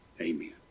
Amen